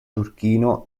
turchino